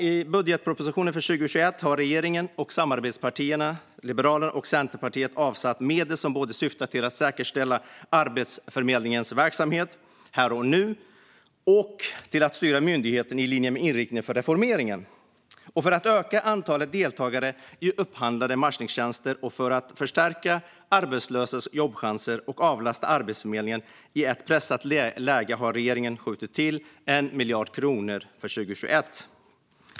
I budgetpropositionen för 2021 har regeringen och samarbetspartierna Liberalerna och Centerpartiet avsatt medel som syftar både till att säkerställa Arbetsförmedlingens verksamhet här och nu och till att styra myndigheten i linje med inriktningen för reformeringen. För att öka antalet deltagare i upphandlade matchningstjänster och för att förstärka arbetslösas jobbchanser och avlasta Arbetsförmedlingen i ett pressat läge har regeringen skjutit till 1 miljard kronor för 2021.